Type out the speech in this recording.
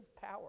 power